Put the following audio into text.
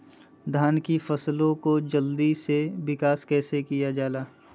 धान की फसलें को जल्दी से विकास कैसी कि जाला?